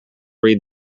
read